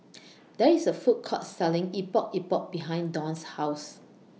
There IS A Food Court Selling Epok Epok behind Dawn's House